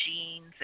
jeans